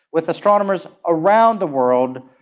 with astronomers around the world,